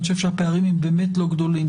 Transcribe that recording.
אני חושב שהפערים הם באמת לא גדולים.